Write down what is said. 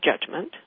judgment